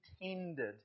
intended